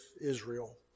Israel